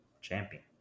champion